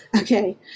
Okay